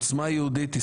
עוצמה יהודית,